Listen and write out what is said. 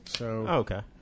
Okay